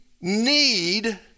need